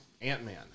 Ant-Man